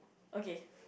okay